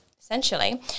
essentially